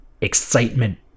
excitement